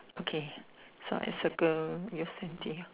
okay so I circle